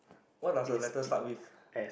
what does the letter start with